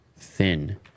thin